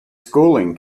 schooling